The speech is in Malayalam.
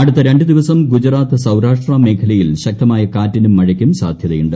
അടുത്ത രണ്ടു ദിവസം ഗുജറാത്ത് സൌരാഷ്ട്ര മേഖലയിൽ ശക്തമായ കാറ്റിനും മഴയ്ക്കും സാധൃത്യുണ്ട്